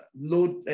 load